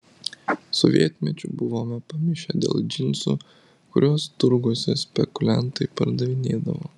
sovietmečiu buvome pamišę dėl džinsų kuriuos turguose spekuliantai pardavinėdavo